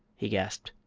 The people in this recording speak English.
he gasped.